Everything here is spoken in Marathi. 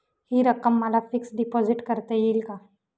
हि रक्कम मला फिक्स डिपॉझिट करता येईल का?